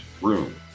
room